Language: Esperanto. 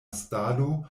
stalo